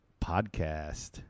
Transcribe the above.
podcast